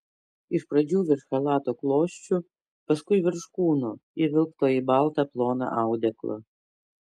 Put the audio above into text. iš pradžių virš chalato klosčių paskui virš kūno įvilkto į baltą ploną audeklą